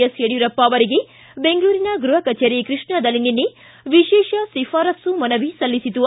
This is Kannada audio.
ಎಸ್ ಯಡಿಯೂರಪ್ಪ ಅವರಿಗೆ ಬೆಂಗಳೂರಿನ ಗೃಹ ಕಭೇರಿ ಕೃಷ್ಣಾದಲ್ಲಿ ನಿನ್ನೆ ವಿಶೇಷ ಶಿಫಾರಸ್ಲು ಮನವಿ ಸಲ್ಲಿಸಿತು